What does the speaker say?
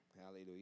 Hallelujah